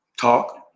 talk